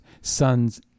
son's